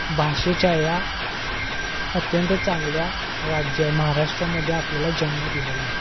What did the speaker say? भाषेच्या या अत्यंत चांगल्या राज्य महाराष्ट्रामध्ये आपल्याला जन्म दिलेला आहे